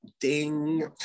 ding